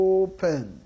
open